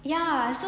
ya so